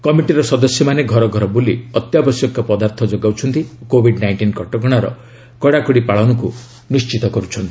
କମିଟିର ସଦସ୍ୟମାନେ ଘର ଘର ବ୍ରଲି ଅତ୍ୟାବଶ୍ୟକ ପଦାର୍ଥ ଯୋଗାଉଛନ୍ତି ଓ କୋଭିଡ୍ ନାଇଷ୍କିନ୍ କଟକଶାର କଡ଼ାକଡ଼ି ପାଳନକ୍ର ନିର୍ଣ୍ଣିତ କରିଛନ୍ତି